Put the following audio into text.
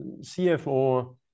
CFO